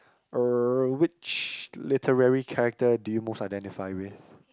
uh which literally character do you most identify with